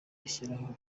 ishyiraho